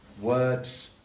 Words